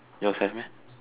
yours have meh